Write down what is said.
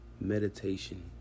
Meditation